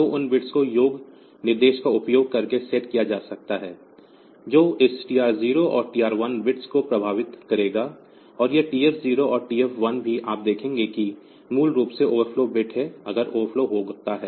तो उन बिट्स को योग निर्देश का उपयोग करके सेट किया जा सकता है जो इस TR 0 और TR 1 बिट्स को प्रभावित करेगा और यह TF 0 और TF 1 भी आप देखेंगे कि मूल रूप से ओवरफ्लो बिट है अगर ओवरफ्लो होता है